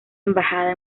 embajada